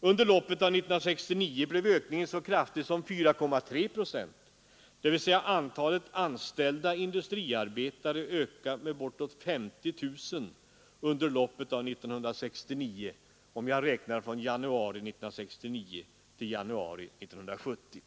Under loppet av 1969 blev ökningen så kraftig som 4,3 procent, dvs. antalet anställda industriarbetare ökade med bortåt 50 000 under loppet av 1969, om jag räknar från januari 1969 till januari 1970.